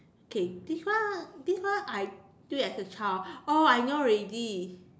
okay this one this one I do as a child oh I know already